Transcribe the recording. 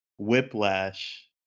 whiplash